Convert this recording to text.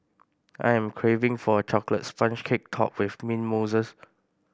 I am craving for a chocolate sponge cake topped with mint mousse